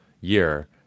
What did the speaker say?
year